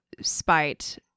spite